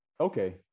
okay